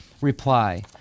Reply